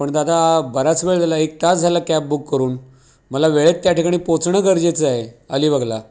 पण दादा बराच वेळ झाला एक तास झाला कॅब बुक करून मला वेळेत त्या ठिकाणी पोहचणं गरजेचं आहे अलिबागला